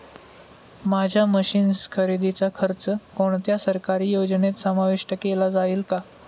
माझ्या मशीन्स खरेदीचा खर्च कोणत्या सरकारी योजनेत समाविष्ट केला जाईल का?